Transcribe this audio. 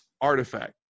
artifact